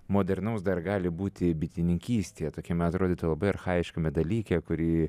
modernaus dar gali būti bitininkystėje tokiame atrodytų labai archajiškame dalyke kurį